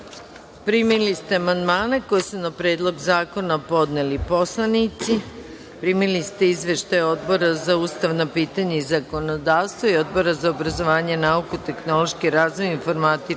ste amandmane koje su na Predlog zakona podneli poslanici. Primili ste izveštaj Odbora za ustavna pitanja i zakonodavstvo i Odbora za obrazovanje, nauku, tehnološki razvoj i informatičko